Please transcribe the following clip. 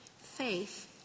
faith